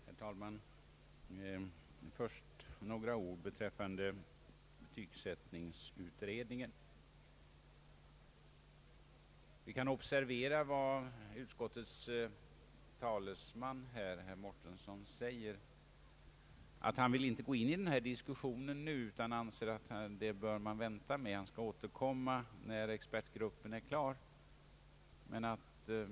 Herr talman! Jag vill först säga några ord beträffande betygsättningen. Vi kan observera vad utskottets talesman, herr Mårtensson, här har anfört. Han vill inte gå in i denna diskussion nu utan anser att man bör vänta. Han skall återkomma när expertgruppen är klar.